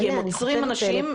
כי הם עוצרים אנשים,